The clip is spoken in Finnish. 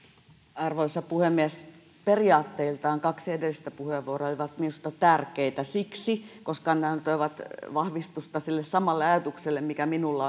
arvoisa puhemies periaatteiltaan kaksi edellistä puheenvuoroa olivat minusta tärkeitä siksi koska ne antoivat vahvistusta sille samalle ajatukselle mikä minulla